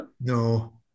No